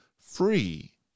free